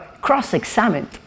cross-examined